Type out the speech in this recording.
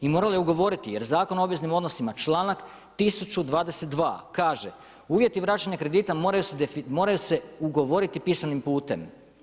I morao je ugovoriti, jer Zakon o obveznim odnosima, čl. 1022 kaže, uvjeti vraćanja kredita, moraju se ugovoriti pisanim putem.